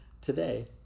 today